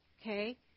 okay